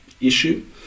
issue